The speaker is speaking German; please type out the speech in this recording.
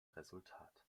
resultat